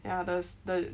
others the